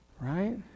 right